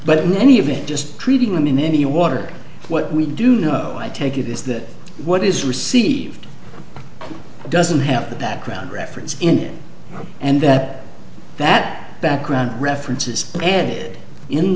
it just treating them in any water what we do know i take it is that what is received doesn't have the background reference in it and that that background references ended in